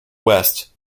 west